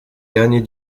dernier